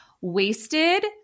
wasted